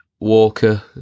Walker